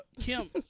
Kim